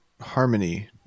harmony